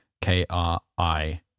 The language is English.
k-r-i